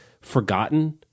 forgotten